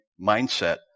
mindset